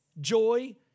joy